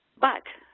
but